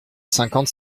cinquante